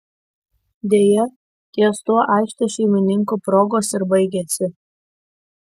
deja ties tuo aikštės šeimininkų progos ir baigėsi